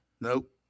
Nope